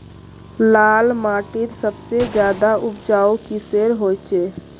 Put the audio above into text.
लाल माटित सबसे ज्यादा उपजाऊ किसेर होचए?